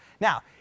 now